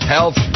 Health